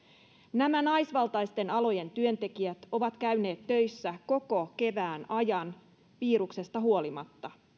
nämä naisvaltaisten alojen työntekijät ovat käyneet töissä koko kevään ajan viruksesta huolimatta